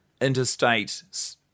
interstate